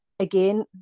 Again